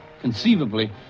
conceivably